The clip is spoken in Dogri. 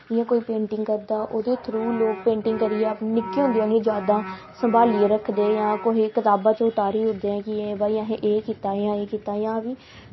जि'यां कोई पेंटिंग करदा ओह्दे थ्रू लोग पेंटिंग करियै अपने निक्के होंदें आह्लियां जादां सम्भालियै रक्खदे जां कुसै कताबा च उतारी ओ्ड़दे ओह् कि भाई असें एह् कीता जां एह् कीता